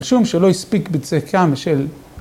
רשום שלא הספיק בצקם של..